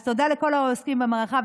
אז תודה לכל העוסקים במלאכה.